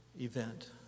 event